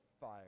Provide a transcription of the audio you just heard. fire